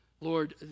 Lord